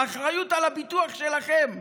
האחריות על הביטוח היא שלכם,